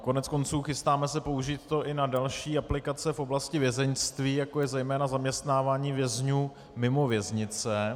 Koneckonců chystáme se použít to i na další aplikace v oblasti vězeňství, jako je zejména zaměstnávání vězňů mimo věznice.